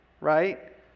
right